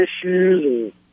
issues